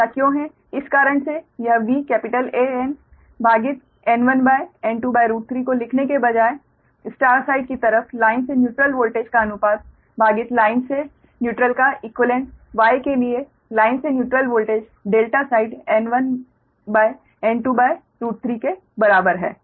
ऐसा क्यों है इस कारण से यह VAn भागित N1 N23 को लिखने के बजाय स्टार साइड की तरफ लाइन से न्यूट्रल वोल्टेज का अनुपात भागित लाइन से न्यूट्रल का इक्वीवेलेंट Y के लिए लाइन से neutral voltage ∆ side N1 N23 के बराबर है